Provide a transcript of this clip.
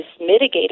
mitigated